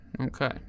okay